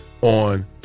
on